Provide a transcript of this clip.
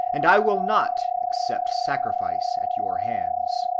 and i will not accept sacrifice at your hands.